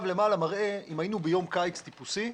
למעלה מראה אם היינו ביום קיץ טיפוסי,